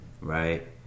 right